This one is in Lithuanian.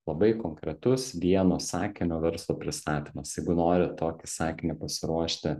labai konkretus vieno sakinio verslo pristatymas jeigu norit tokį sakinį pasiruošti